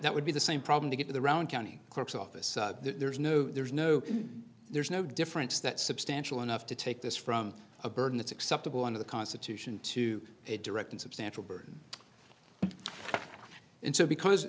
that would be the same problem to get to the round county clerk's office there's no there's no there's no difference that substantial enough to take this from a burden that's acceptable under the constitution to a direct and substantial burden and so because